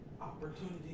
Opportunity